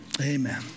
amen